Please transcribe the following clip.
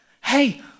Hey